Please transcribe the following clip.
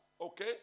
Okay